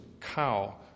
cow